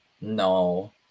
No